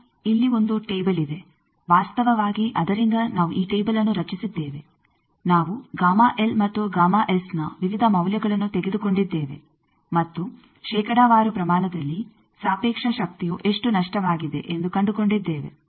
ಈಗ ಇಲ್ಲಿ ಒಂದು ಟೇಬಲ್ ಇದೆ ವಾಸ್ತವವಾಗಿ ಅದರಿಂದ ನಾವು ಈ ಟೇಬಲ್ಅನ್ನು ರಚಿಸಿದ್ದೇವೆ ನಾವು ಮತ್ತು ನ ವಿವಿಧ ಮೌಲ್ಯಗಳನ್ನು ತೆಗೆದುಕೊಂಡಿದ್ದೇವೆ ಮತ್ತು ಶೇಕಡಾವಾರು ಪ್ರಮಾಣದಲ್ಲಿ ಸಾಪೇಕ್ಷ ಶಕ್ತಿಯು ಎಷ್ಟು ನಷ್ಟವಾಗಿದೆ ಎಂದು ಕಂಡುಕೊಂಡಿದ್ದೇವೆ